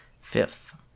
fifth